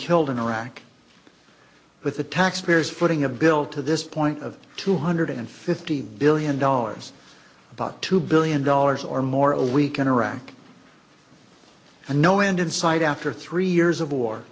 killed in iraq with the taxpayers footing a bill to this point of two hundred fifty billion dollars about two billion dollars or more a week in iraq and no end in sight after three years of war